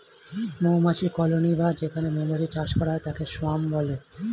মৌমাছির কলোনি বা যেখানে মৌমাছির চাষ করা হয় তাকে সোয়ার্ম বলে